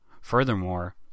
Furthermore